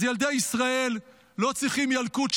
אז ילדי ישראל לא צריכים ילקוט,